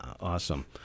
awesome